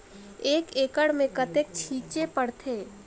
एक एकड़ मे कतेक छीचे पड़थे?